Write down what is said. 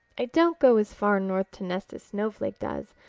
i don't go as far north to nest as snowflake does,